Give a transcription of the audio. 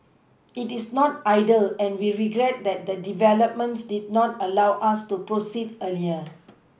it is not ideal and we regret that the developments did not allow us to proceed earlier